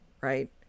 right